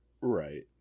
Right